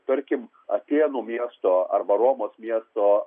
tarkim atėnų miesto arba romos miesto